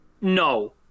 no